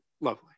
Lovely